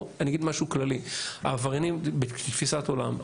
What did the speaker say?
אני אגיד משהו כללי כתפיסת עולם.